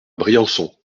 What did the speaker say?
briançon